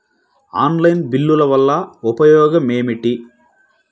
Online బిల్లుల వల్ల ఉపయోగమేమిటీ?